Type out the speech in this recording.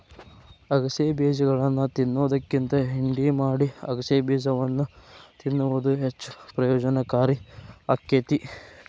ಅಗಸೆ ಬೇಜಗಳನ್ನಾ ತಿನ್ನೋದ್ಕಿಂತ ಹಿಂಡಿ ಮಾಡಿ ಅಗಸೆಬೇಜವನ್ನು ತಿನ್ನುವುದು ಹೆಚ್ಚು ಪ್ರಯೋಜನಕಾರಿ ಆಕ್ಕೆತಿ